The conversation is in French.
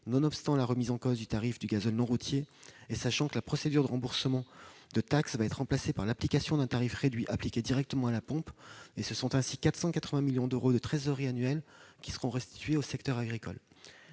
nonobstant la remise en cause du tarif du gazole non routier et sachant que la procédure de remboursement de taxe va être remplacée par l'application d'un tarif réduit appliqué directement à la pompe. Ce sont ainsi 480 millions d'euros de trésorerie annuelle qui seront restitués au secteur agricole.